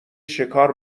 شکار